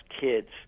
kids